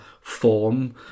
form